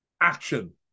Action